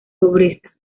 pobreza